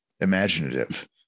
imaginative